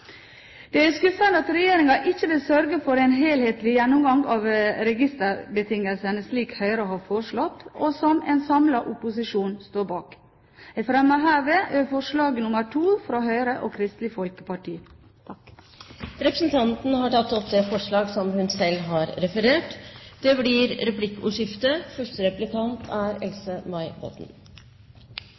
Det er skuffende at regjeringen ikke vil sørge for en helhetlig gjennomgang av registerbetingelsene, slik Høyre har foreslått, og som en samlet opposisjon står bak. Jeg tar herved opp forslag nr. 2, fra Høyre og Kristelig Folkeparti. Representanten Elisabeth Røbekk Nørve har tatt opp det forslaget hun refererte til. Det blir replikkordskifte. Det er